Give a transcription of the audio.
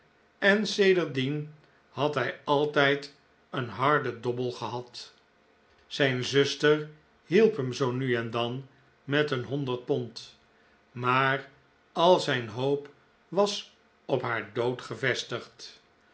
en sedert dien had hij altijd een harden dobbel gehad zijn zuster hielp hem zoo nu en dan met een honderd pond maar al zijn hoop was op haar dood gevestigd